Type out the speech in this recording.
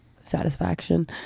satisfaction